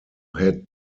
had